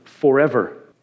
Forever